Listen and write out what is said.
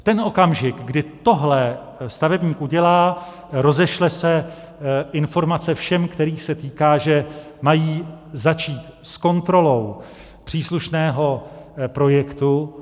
V ten okamžik, kdy tohle stavebník udělá, rozešle se informace všem, kterých se týká, že mají začít s kontrolou příslušného projektu.